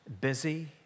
busy